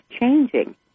changing